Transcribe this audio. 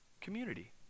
Community